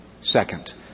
Second